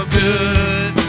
good